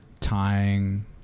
tying